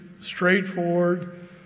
straightforward